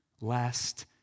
Lest